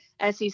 sec